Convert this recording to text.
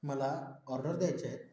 मला ऑर्डर द्यायचे आहेत